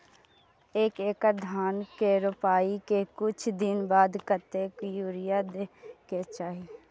एक एकड़ धान के रोपाई के कुछ दिन बाद कतेक यूरिया दे के चाही?